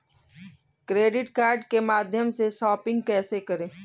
Credit card के माध्यम से शॉपिंग कैसे करें?